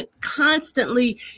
constantly